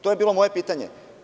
To je bilo moje pitanje.